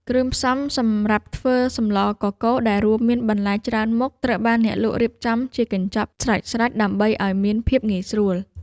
គ្រឿងផ្សំសម្រាប់ធ្វើសម្លកកូរដែលរួមមានបន្លែច្រើនមុខត្រូវបានអ្នកលក់រៀបចំជាកញ្ចប់ស្រេចៗដើម្បីឱ្យមានភាពងាយស្រួល។